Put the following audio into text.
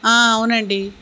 అవునండి